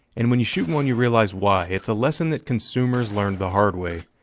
and when you shoot one you realize why. it's a lesson that consumers learned the hard way,